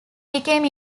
became